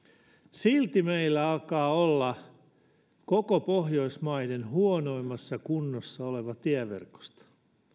silti meillä alkaa olla koko pohjoismaiden huonoimmassa kunnossa oleva tieverkosto